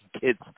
kids